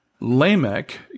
Lamech